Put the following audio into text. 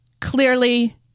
clearly